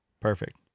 Perfect